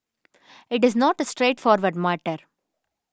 it is not the straightforward matter